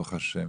ברוך ה'.